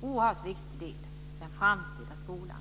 Det är en oerhört viktig del i den framtida skolan